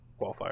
qualifier